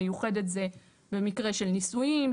מיוחדת זה במקרה של ניסויים,